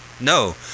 No